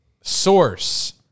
source